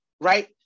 right